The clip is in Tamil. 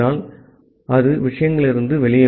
ஆகவே அது விஷயங்களிலிருந்து வெளியே வரும்